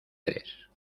tres